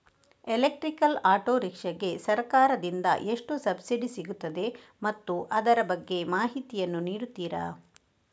Electrical auto rickshaw ಗೆ ಸರ್ಕಾರ ದಿಂದ ಎಷ್ಟು ಸಬ್ಸಿಡಿ ಸಿಗುತ್ತದೆ ಮತ್ತು ಅದರ ಬಗ್ಗೆ ಮಾಹಿತಿ ಯನ್ನು ನೀಡುತೀರಾ?